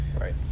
Right